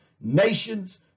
nations